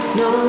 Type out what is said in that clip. no